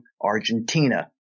Argentina